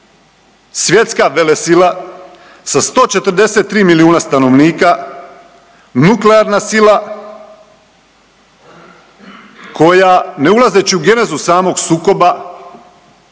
svjetska velesila sa 143 milijuna stanovnika, nuklearna sila koja ne ulazeći u genezu samog sukoba